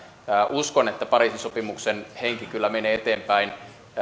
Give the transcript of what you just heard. uskon että pariisin sopimuksen henki kyllä menee eteenpäin